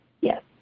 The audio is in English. yes